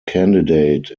candidate